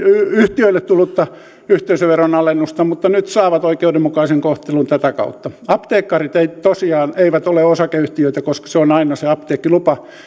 yhtiöille tullutta yhteisöveron alennusta mutta nyt ne saavat oikeudenmukaisen kohtelun tätä kautta apteekit eivät tosiaan ole osakeyhtiöitä koska se apteekkilupa on aina